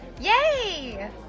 Yay